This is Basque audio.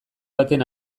baten